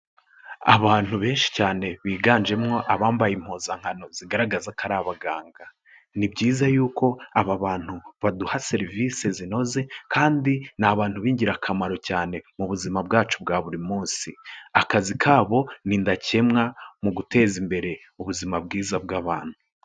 Abantu benshi cyane biganjemo abambaye impuzankano zigaragaza ko ari abaganga. Ni byiza y'uko aba bantu baduha serivisi zinoze kandi ni abantu b'ingirakamaro cyane mu buzima bwacu bwa buri munsi. Akazi kabo ni ndakemwa mu guteza imbere ubuzima bwiza bw'abantu.